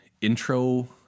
intro